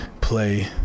play